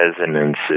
resonances